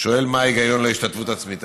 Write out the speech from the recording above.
שואל מה ההיגיון בהשתתפות עצמית.